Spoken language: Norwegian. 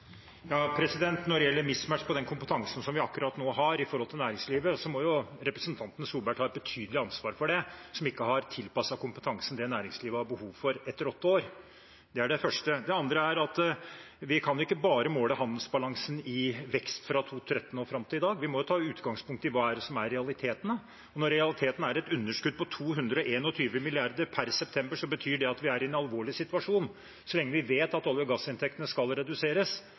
Når det gjelder mismatchen på den kompetansen som vi akkurat nå har i næringslivet, må representanten Solberg – som ikke har tilpasset kompetansen til det næringslivet har behov for – ta et betydelig ansvar for det etter åtte år. Det er det første. Det andre er at vi kan ikke bare måle handelsbalansen i vekst fra 2013 og fram til i dag. Vi må ta utgangspunkt i hva som er realitetene. Når realiteten er et underskudd på 221 mrd. kr per september, betyr det at vi er i en alvorlig situasjon. Så lenge vi vet at olje- og gassinntektene skal reduseres,